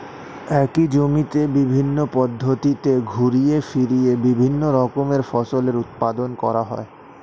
একই জমিতে বিভিন্ন পদ্ধতিতে ঘুরিয়ে ফিরিয়ে বিভিন্ন রকমের ফসলের উৎপাদন করা হয়